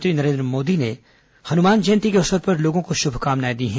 प्रधानमंत्री नरेन्द्र मोदी ने हनुमान जयंती के अवसर पर लोगों को शुभकामनाएं दी हैं